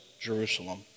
Jerusalem